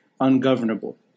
ungovernable